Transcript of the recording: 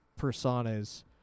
personas